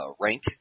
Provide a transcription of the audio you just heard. rank